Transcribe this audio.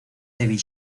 david